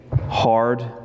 hard